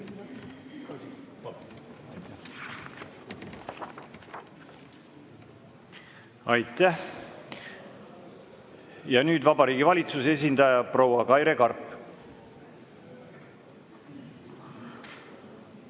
Aitäh! Ja nüüd Vabariigi Valitsuse esindaja proua Kaire Karp.